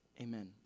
Amen